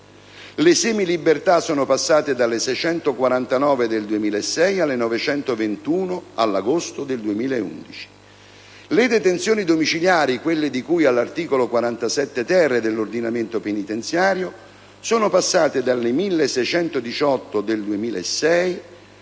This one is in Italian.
le semilibertà sono passate da 649 del 2006 a 921 dell'agosto del 2011; le detenzioni domiciliari (di cui all'articolo 47-*ter* dell'ordinamento penitenziario) sono passate da 1.618 del 2006